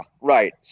right